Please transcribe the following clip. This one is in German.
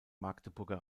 magdeburger